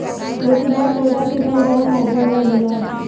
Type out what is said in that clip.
रेशेदार पौधा के फल बड़ा फायदेमंद होला